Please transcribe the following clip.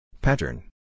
Pattern